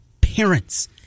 parents